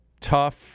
tough